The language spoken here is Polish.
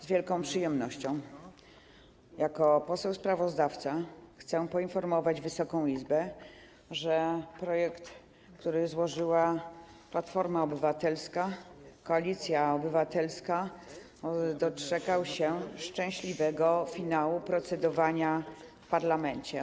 Z wielką przyjemnością jako poseł sprawozdawca chcę poinformować Wysoką Izbę, że projekt, który złożyła Platforma Obywatelska, Koalicja Obywatelska, doczekał się szczęśliwego finału procedowania w parlamencie.